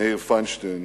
מאיר פיינשטיין,